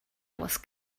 wars